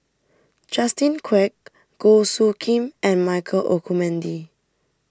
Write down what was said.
Justin Quek Goh Soo Khim and Michael Olcomendy